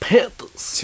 Panthers